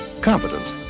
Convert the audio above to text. competent